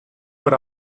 were